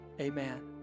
Amen